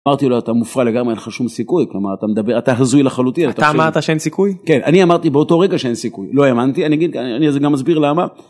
אמרתי לו אתה מופרע לגמרי אין לך שום סיכוי כלומר אתה מדבר אתה הזוי לחלוטין אתה אמרת שאין סיכוי כן אני אמרתי באותו רגע שאין סיכוי לא האמנתי אני גם אסביר למה.